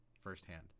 firsthand